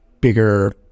bigger